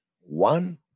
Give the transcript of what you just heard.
One